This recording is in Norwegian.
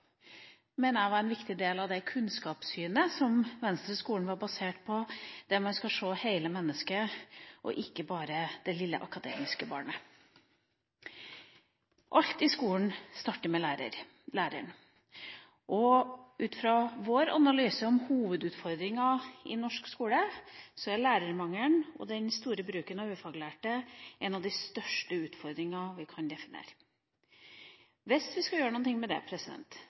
jeg var en viktig del av det kunnskapssynet som Venstre-skolen var basert på, der man skal se hele mennesket og ikke bare det lille akademiske barnet. Alt i skolen starter med læreren. Ut fra vår analyse om hovedutfordringa i norsk skole, er lærermangelen og den store bruken av ufaglærte en av de største utfordringene vi kan definere. Hvis vi skal gjøre noe med det,